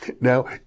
Now